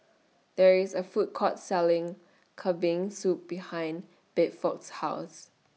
There IS A Food Court Selling Kambing Soup behind Bedford's House